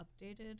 updated